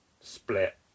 split